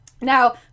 Now